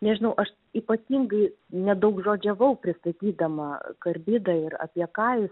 nežinau aš ypatingai nedaugžodžiavau pristatydama karbidą ir apie ką jis